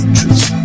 truth